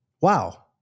Wow